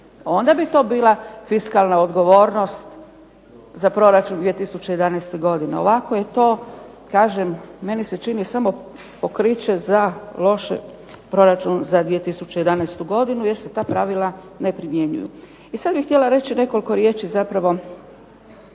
Onda bi to bila fiskalna odgovornost za proračun 2011. godine. Ovako je to kažem meni se čini samo pokriće za loš proračun za 2011. godinu jer se ta pravila ne primjenjuju. I sada bih htjela reći nekoliko riječi zapravo